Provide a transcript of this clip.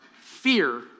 fear